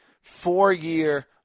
four-year